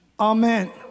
Amen